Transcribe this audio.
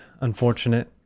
unfortunate